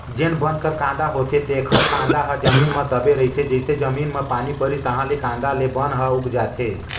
जेन बन कर कांदा होथे तेखर कांदा ह जमीन म दबे रहिथे, जइसे जमीन म पानी परिस ताहाँले ले कांदा ले बन ह उग जाथे